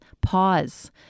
pause